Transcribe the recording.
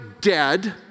dead